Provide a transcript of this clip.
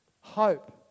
Hope